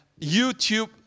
YouTube